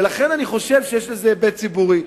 ולכן אני חושב שיש לזה היבט ציבורי.